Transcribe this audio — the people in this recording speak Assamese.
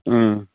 ও